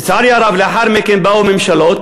לצערי הרב, לאחר מכן באו ממשלות